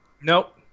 nope